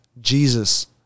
Jesus